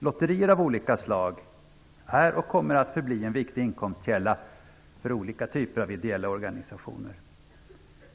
Lotterier av olika slag är och kommer att förbli en viktig inkomstkälla för olika typer av ideella organisationer.